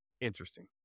Interesting